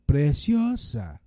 Preciosa